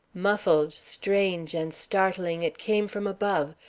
muffled, strange, and startling it came from above,